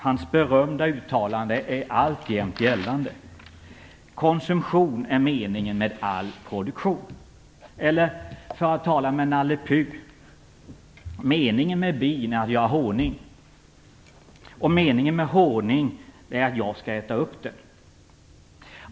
Hans berömda uttalande är alltjämt gällande: "Konsumtion är meningen med all produktion." Eller för att tala som Nalle Puh: "Meningen med bin är att göra håning och meningen med håning är att jag ska äta upp den."